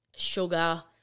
Sugar